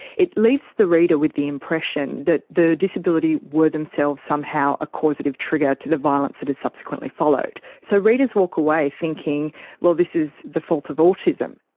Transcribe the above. it leaves the reader with the impression that the disabilities were themselves somehow a causative trigger to the violence that has subsequently followed. so readers walk away thinking well, this is the fault of autism.